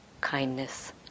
kindness